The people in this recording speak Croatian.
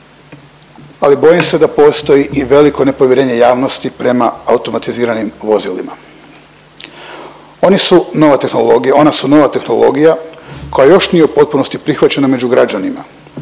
ali bojim se da postoji i veliko nepovjerenje javnosti prema automatiziranim vozilima. Oni su nova tehnologija, ona su nova tehnologija koja još nije u potpunosti prihvaćena među građanima,